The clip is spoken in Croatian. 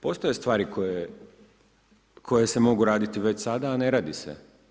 Postoje stvari koje se mogu raditi već sada, a ne radi se.